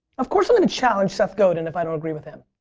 of course, i'm going to challenge seth godin if i don't agree with him.